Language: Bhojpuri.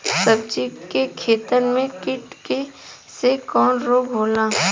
सब्जी के खेतन में कीट से कवन रोग होला?